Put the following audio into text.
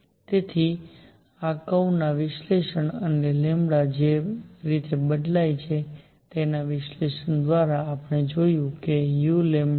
તેથી આ કર્વના વિશ્લેષણ અને લેમ્બડા જે રીતે બદલાય છે તેના વિશ્લેષણ દ્વારા આપણે જોયું છે કે u1T5